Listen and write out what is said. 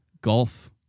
golf